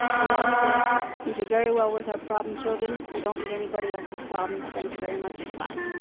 they all said we do very well with our problem children, we don't need anybody else's problems. thank you very much, bye.